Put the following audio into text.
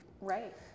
Right